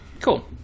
Cool